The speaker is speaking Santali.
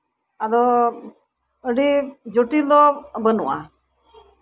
ᱟᱫᱚ ᱟ ᱰᱤ ᱡᱚᱴᱤᱞ ᱫᱚ ᱵᱟ ᱱᱩᱜᱼᱟ